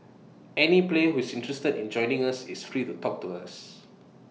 any player who is interested in joining us is free to talk to us